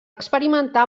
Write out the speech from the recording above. experimentar